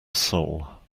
soul